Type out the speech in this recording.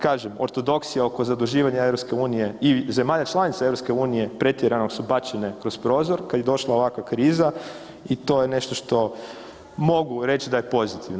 Kažem, ortodoksija oko zaduživanja EU i zemalja članica EU pretjerano su bačene kroz prozor kad je došla ovakva kriza i to je nešto što mogu reći da je pozitivno.